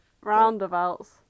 roundabouts